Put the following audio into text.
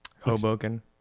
Hoboken